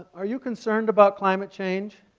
are you concerned about climate change?